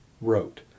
wrote